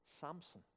Samson